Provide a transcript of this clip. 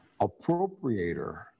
appropriator